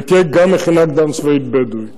ותהיה גם מכינה קדם-צבאית בדואית.